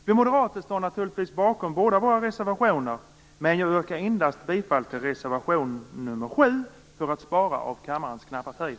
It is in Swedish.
Vi moderater står naturligtvis bakom båda våra reservationer, men jag yrkar endast bifall till reservation nr 7 för att spara av kammarens knappa tid.